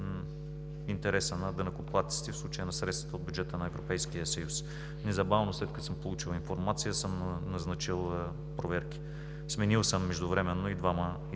интереса на данъкоплатците, в случая на средствата от бюджета на Европейския съюз. Незабавно, след като съм получил информация, съм назначил проверки. Сменил съм междувременно и двама изпълнителни